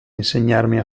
insegnarmi